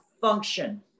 function